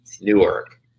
Newark